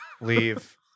leave